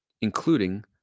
including